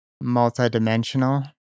multi-dimensional